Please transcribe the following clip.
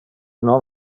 non